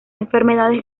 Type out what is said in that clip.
enfermedades